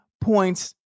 points